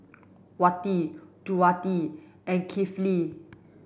wati Juwita and Kifli